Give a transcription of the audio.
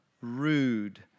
rude